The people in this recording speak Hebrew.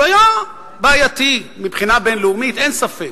הוא היה בעייתי מבחינה בין-לאומית, אין ספק,